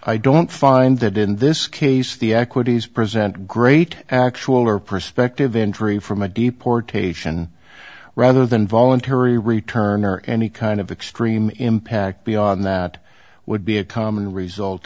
i don't find that in this case the equities present great actual or prospective injury from a deportation rather than voluntary return or any kind of extreme impact beyond that would be a common result